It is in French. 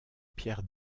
pierre